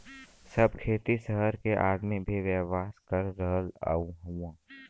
सब खेती सहर के आदमी भी व्यवसाय कर रहल हउवन